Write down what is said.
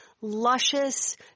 luscious